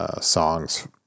songs